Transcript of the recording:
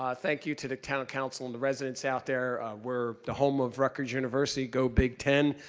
ah thank you to the town council and the residents out there. we're the home of rutgers university, go big ten,